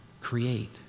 create